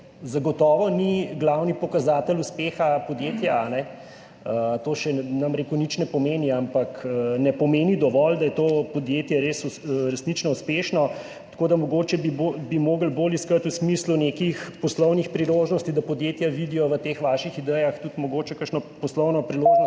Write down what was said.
zagotovo ni glavni pokazatelj uspeha podjetja, ne bom rekel, da to nič ne pomeni, ampak ne pomeni dovolj, da je to podjetje resnično uspešno. Tako da bi mogoče morali bolj iskati neke poslovne priložnosti, da podjetja vidijo v teh vaših idejah tudi kakšno poslovno priložnost,